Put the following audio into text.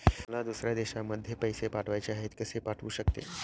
मला दुसऱ्या देशामध्ये पैसे पाठवायचे आहेत कसे पाठवू शकते?